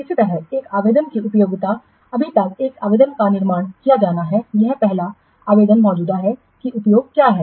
इसी तरह एक आवेदन की उपयोगिता अभी तक एक आवेदन का निर्माण किया जाना है यह पहला आवेदन मौजूदा है कि उपयोग क्या है